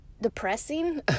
depressing